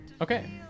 okay